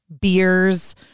beers